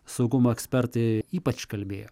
saugumo ekspertai ypač kalbėjo